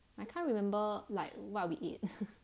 I can't remember like what we eat